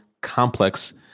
complex